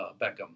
Beckham